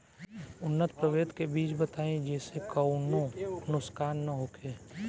उन्नत प्रभेद के बीज बताई जेसे कौनो नुकसान न होखे?